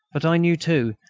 but i knew, too,